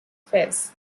fez